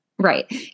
Right